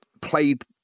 played